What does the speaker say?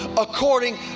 according